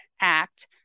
act